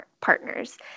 partners